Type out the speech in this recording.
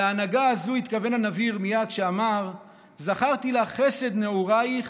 להנהגה הזו התכוון הנביא ירמיה כשאמר: "זכרתי לך חסד נעוריך,